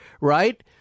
right